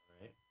right